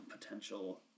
potential